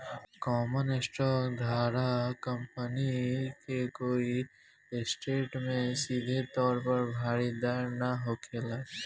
common stock धारक company के कोई ऐसेट में सीधे तौर पर भागीदार ना होखेला